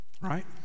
right